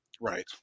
right